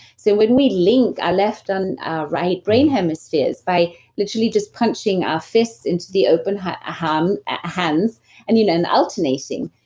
so, when we link our left and our right brain hemispheres by literally just punching our fist into the open ah hands um ah hands and you learn alternating.